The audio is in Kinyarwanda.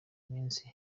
minsi